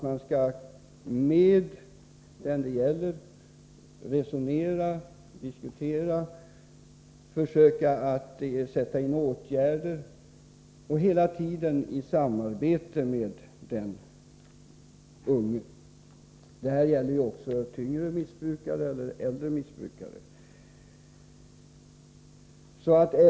Med den det gäller skall man resonera och försöka komma överens om att sätta in åtgärder. Allting skall ske i samarbete med den unge. Det här gäller också missbrukare av tyngre narkotika och äldre missbrukare.